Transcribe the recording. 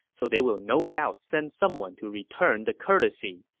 so they will no doubt send someone to return to courtesy.